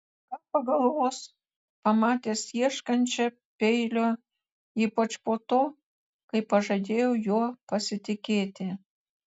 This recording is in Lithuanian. ką pagalvos pamatęs ieškančią peilio ypač po to kai pažadėjau juo pasitikėti